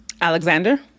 Alexander